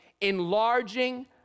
enlarging